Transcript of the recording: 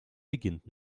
beginnt